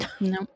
No